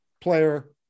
player